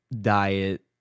diet